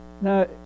Now